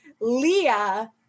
Leah